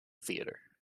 theatre